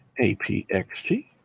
APXT